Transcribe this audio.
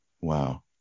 Wow